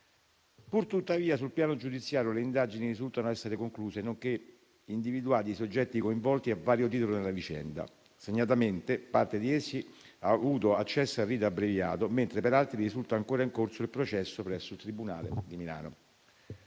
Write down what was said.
Purtuttavia, risultano concluse le indagini sul piano giudiziario, nonché individuati i soggetti coinvolti a vario titolo nella vicenda; segnatamente, parte di essi ha avuto accesso al rito abbreviato, mentre per altri risulta ancora in corso il processo presso il tribunale di Milano.